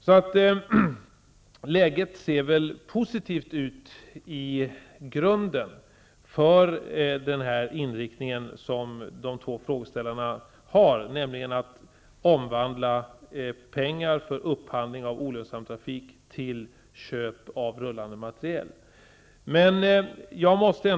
I grunden ser läget positivt ut för den inriktning de två frågeställarna har, nämligen att omvandla pengar för upphandling av olönsam trafik till köp av rullande materiel.